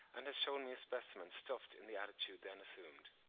and has shewn me a specimen stuffed in the attitude then assumed.